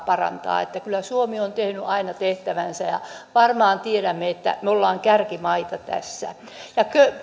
parantaa kyllä suomi on tehnyt aina tehtävänsä ja varmaan tiedämme että me olemme kärkimaita tässä